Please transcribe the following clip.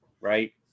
right